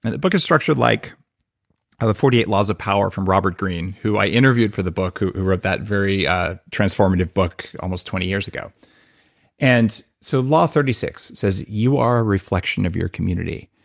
and the book is structured like the forty eight laws of power from robert greene, who i interviewed for the book, who who wrote that very ah transformative book almost twenty years ago and so law thirty six says, you are a reflection of your community.